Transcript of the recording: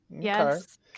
Yes